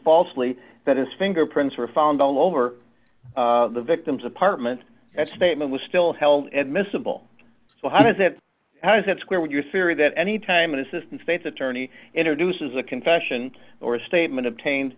falsely that his fingerprints were found all over the victim's apartment that statement was still held at miscible so how did that how does that square with your theory that anytime an assistant state's attorney introduces a confession or a statement obtained